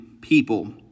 people